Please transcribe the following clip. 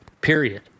period